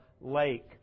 lake